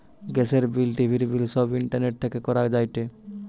গ্যাসের বিল, টিভির বিল সব ইন্টারনেট থেকে করা যায়টে